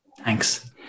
Thanks